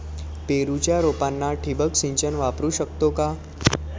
पेरूच्या रोपांना ठिबक सिंचन वापरू शकतो का?